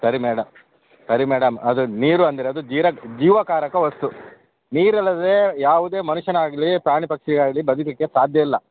ಸರಿ ಮೇಡಮ್ ಸರಿ ಮೇಡಮ್ ಅದು ನೀರು ಅಂದರೆ ಅದು ಜೀರ ಜೀವಕಾರಕ ವಸ್ತು ನೀರಿಲ್ಲದೆ ಯಾವುದೇ ಮನುಷ್ಯನಾಗಲಿ ಪ್ರಾಣಿ ಪಕ್ಷಿಯಾಗಲಿ ಬದುಕಲಿಕ್ಕೆ ಸಾಧ್ಯ ಇಲ್ಲ